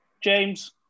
James